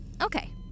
Okay